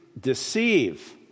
deceive